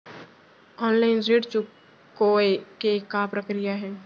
Online ऋण चुकोय के का प्रक्रिया हे?